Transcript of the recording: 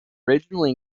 originally